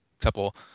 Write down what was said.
couple